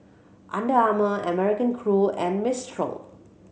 Under Armour American Crew and Mistral